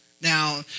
Now